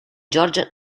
george